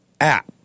App